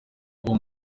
ubu